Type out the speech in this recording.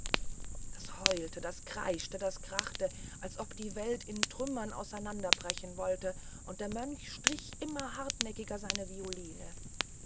das heulte das kreischte das krachte als ob die welt in trümmer zusammenbrechen wollte und der mönch strich immer hartnäckiger seine violine